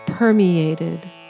permeated